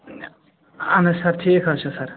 اَہَن حظ سَر ٹھیٖک حظ چھُ سَر